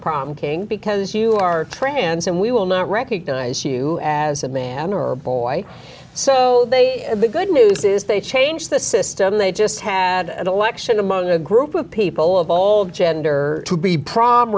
prom king because you are trans and we will not recognize you as a man or a boy so they be good news is they change the system they just have election among a group of people of all gender to be pro